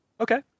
Okay